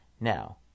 Now